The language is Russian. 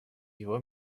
его